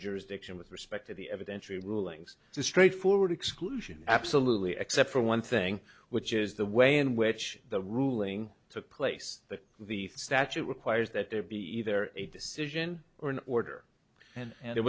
jurisdiction with respect to the evidentiary rulings to straight forward exclusion absolutely except for one thing which is the way in which the ruling took place that the statute requires that there be either a decision or an order and and there